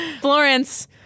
Florence